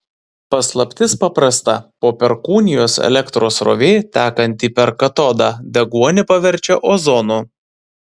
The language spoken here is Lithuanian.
paslaptis paprasta po perkūnijos elektros srovė tekanti per katodą deguonį paverčia ozonu